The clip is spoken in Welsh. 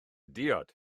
diod